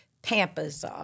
Pampas